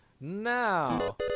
now